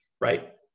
right